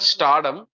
Stardom